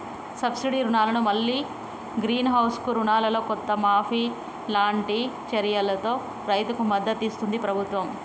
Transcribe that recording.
subsidy రుణాలను మల్లి green house కు రుణాలల్లో కొంత మాఫీ లాంటి చర్యలతో రైతుకు మద్దతిస్తుంది ప్రభుత్వం